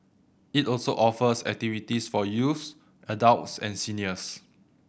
it also offers activities for youths adults and seniors